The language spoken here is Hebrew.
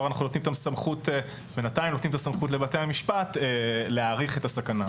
אנחנו בינתיים נותנים את הסמכות לבתי המשפט להעריך את הסכנה.